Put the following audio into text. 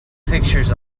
pictures